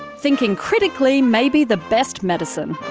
thinking critically may be the best medicine.